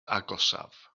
agosaf